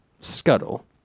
scuttle